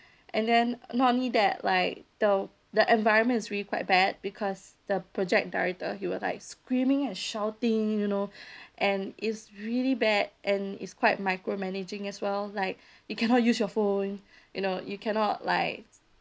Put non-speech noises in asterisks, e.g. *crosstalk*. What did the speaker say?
and then not only that like the the environment is really quite bad because the project director he was like screaming and shouting you know *breath* and it's really bad and it's quite micromanaging as well like you cannot use your phone you know you cannot like